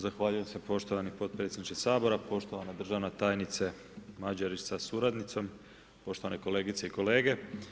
Zahvaljujem se poštovani potpredsjedniče Sabora, poštovana državna tajnice Mađerić sa suradnicom, poštovane kolegice i kolege.